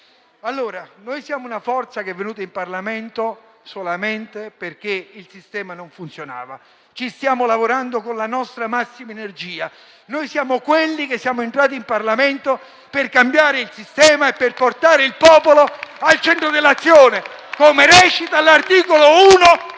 anch'io. Siamo una forza che è venuta in Parlamento solamente perché il sistema non funzionava. Ci stiamo lavorando con la nostra massima energia. Siamo coloro che sono entrati in Parlamento per cambiare il sistema e portare il popolo al centro dell'azione, come recita l'articolo 1